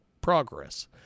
progress